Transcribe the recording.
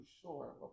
sure